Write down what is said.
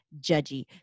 judgy